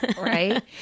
Right